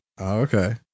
okay